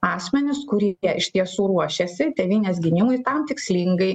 asmenis kuri iš tiesų ruošiasi tėvynės gynimui tam tikslingai